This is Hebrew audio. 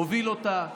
הוא הוביל אותה,